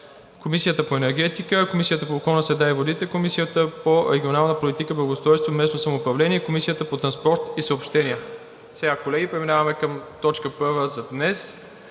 Комисията по енергетика, Комисията по околната среда и водите, Комисията по регионална политика, благоустройство и местно самоуправление и Комисията по транспорт и съобщения. Колеги, преминаваме към точка първа за днес: